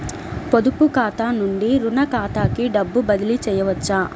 పొదుపు ఖాతా నుండీ, రుణ ఖాతాకి డబ్బు బదిలీ చేయవచ్చా?